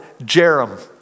Jerem